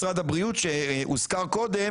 ואפרופו משרד הבריאות שהוזכר קודם